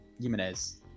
Jimenez